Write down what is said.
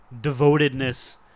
devotedness